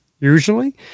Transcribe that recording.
Usually